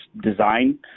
design